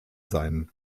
sein